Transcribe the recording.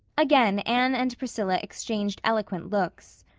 again anne and priscilla exchanged eloquent looks.